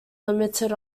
limited